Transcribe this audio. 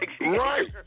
Right